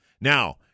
Now